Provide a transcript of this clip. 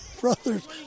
brothers